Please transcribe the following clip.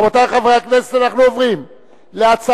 רבותי חברי הכנסת, אנחנו עוברים להצעת